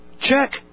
check